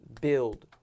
build